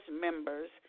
members